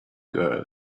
girl